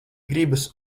gribas